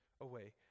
away